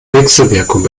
wechselwirkung